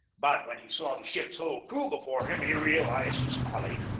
but when he saw the ship's whole crew before him, he realized his folly,